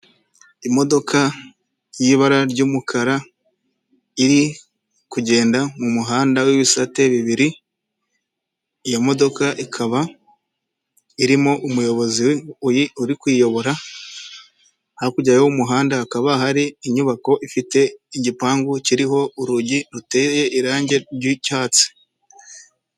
Imodoka y'ibara ry'umukara iri kugenda mu muhanda w'ibisate bibiri. Iyo modoka ikaba irimo umuyobozi uri kuyiyobora hakurya y'umuhanda hakaba hari inyubako ifite igipangu kiriho urugi ruteye irangi ry'icyatsi.